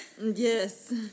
Yes